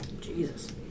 Jesus